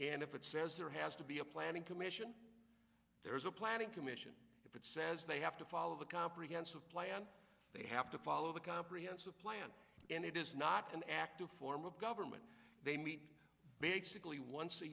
and if it says there has to be a planning commission there is a planning commission if it says they have to follow the comprehensive plan they have to follow the comprehensive plan and it is not an active form of government they meet basically once a